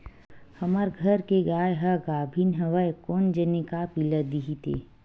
हमर घर के गाय ह गाभिन हवय कोन जनी का पिला दिही ते